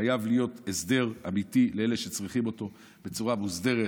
חייב להיות הסדר אמיתי לאלה שצריכים אותו בצורה מוסדרת,